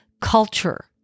culture